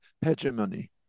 hegemony